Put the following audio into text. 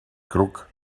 crook